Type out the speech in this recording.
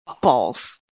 balls